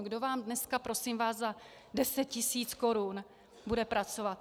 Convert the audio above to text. Kdo vám dneska, prosím vás, za 10 tisíc korun bude pracovat?